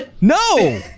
no